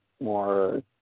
more